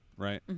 right